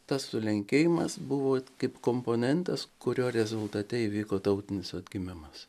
tas sulenkėjimas buvo kaip komponentas kurio rezultate įvyko tautinis atgimimas